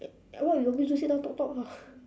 like what we always do sit down talk talk ah